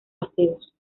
aseos